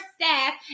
staff